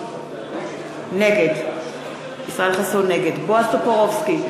נגד בועז טופורובסקי,